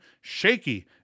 shaky